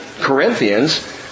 Corinthians